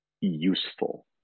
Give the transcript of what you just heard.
useful